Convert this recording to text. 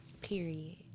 Period